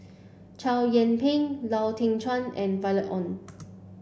Chow Yian Ping Lau Teng Chuan and Violet Oon